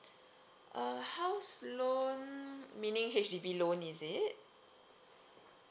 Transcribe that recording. uh house loan meaning H_D_B loan is it